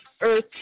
Earth